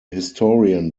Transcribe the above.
historian